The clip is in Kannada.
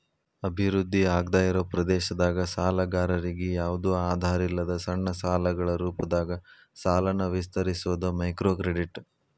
ಅಭಿವೃದ್ಧಿ ಆಗ್ದಾಇರೋ ಪ್ರದೇಶದಾಗ ಸಾಲಗಾರರಿಗಿ ಯಾವ್ದು ಆಧಾರಿಲ್ಲದ ಸಣ್ಣ ಸಾಲಗಳ ರೂಪದಾಗ ಸಾಲನ ವಿಸ್ತರಿಸೋದ ಮೈಕ್ರೋಕ್ರೆಡಿಟ್